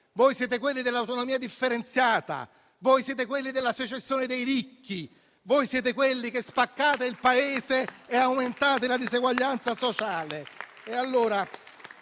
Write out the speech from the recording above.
Voi siete quelli dell'autonomia differenziata. Siete quelli della secessione dei ricchi. Siete quelli che spaccano il Paese e aumentano la diseguaglianza sociale.